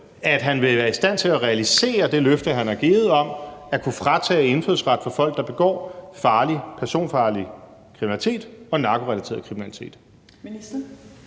at han vil være i stand til at realisere det løfte, han har givet, om at kunne fratage indfødsret fra folk, der begår personfarlig kriminalitet og narkorelateret kriminalitet?